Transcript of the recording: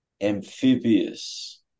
amphibious